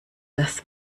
des